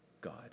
God